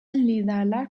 liderler